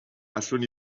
allwn